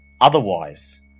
otherwise